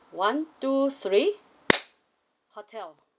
one two three hotel